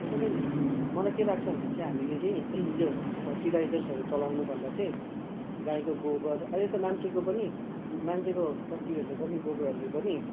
त्यसैले मलाई के लाग्छ भने चाहिँ हामीले चाहिँ यो फर्टिलाइजर्सहरू चलाउनु भन्दा चाहिँ गाईको गोबर अहिले त मान्छेको पनि मान्छेको टट्टीहरूले पनि गोबरहरूले पनि